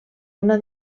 una